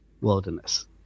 wilderness